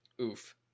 Oof